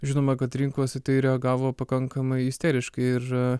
žinoma kad rinkos į tai reagavo pakankamai isteriškai ir